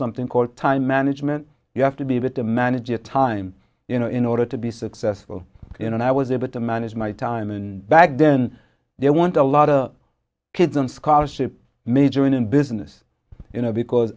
something called time management you have to be able to manage your time you know in order to be successful in and i was able to manage my time in back then they want a lot of kids on scholarship majoring in business you know because